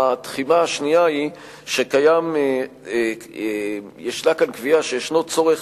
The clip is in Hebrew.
התחימה השנייה היא שיש כאן קביעה של צורך,